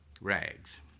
rags